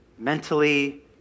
Mentally